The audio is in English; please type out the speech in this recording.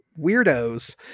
weirdos